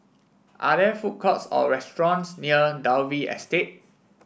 are there food courts or restaurants near Dalvey Estate